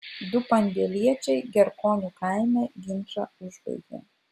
du pandėliečiai gerkonių kaime ginčą užbaigė